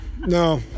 No